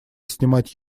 снимать